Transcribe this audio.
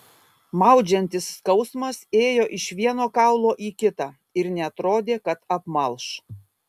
maudžiantis skausmas ėjo iš vieno kaulo į kitą ir neatrodė kad apmalš